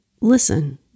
listen